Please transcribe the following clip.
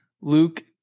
Luke